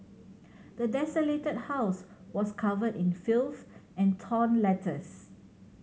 the desolated house was covered in filth and torn letters